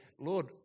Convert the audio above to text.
Lord